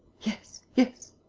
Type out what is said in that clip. yes. yes,